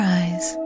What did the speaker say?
eyes